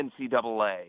NCAA